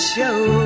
Show